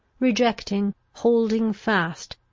rejecting, holding fast,